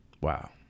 Wow